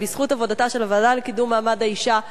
ובזכות עבודתה של הוועדה לקידום מעמד האשה,